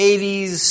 80s